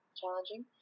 challenging